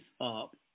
up